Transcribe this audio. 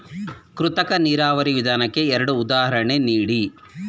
ಕೃತಕ ನೀರಾವರಿ ವಿಧಾನಕ್ಕೆ ಎರಡು ಉದಾಹರಣೆ ನೀಡಿ?